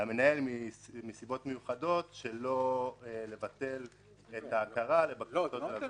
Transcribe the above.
למנהל מנסיבות מיוחדות שלא לבטל את ההכרה לבקשתו של הזוכה.